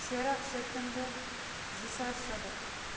شُراہ سیٚپٹمبَر زٕ ساس سَداہ